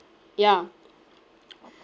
ya